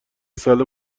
ساله